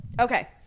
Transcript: Okay